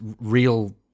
real